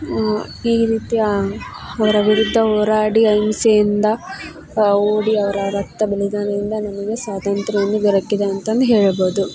ಆ ಈ ರೀತಿಯ ಅವರ ವಿರುದ್ಧ ಹೋರಾಡಿ ಅಹಿಂಸೆಯಿಂದ ಓಡಿ ಅವರ ರಕ್ತ ಬಲಿದಾನದಿಂದ ನಮಗೆ ಸ್ವಾತಂತ್ರ್ಯವನ್ನು ದೊರಕಿದೆ ಅಂತಂದು ಹೇಳ್ಬೋದು